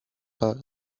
pas